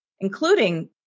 including